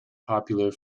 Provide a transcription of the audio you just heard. popular